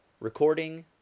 Recording